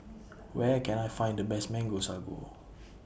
Where Can I Find The Best Mango Sago